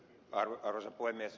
arvoisa puhemies